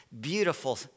beautiful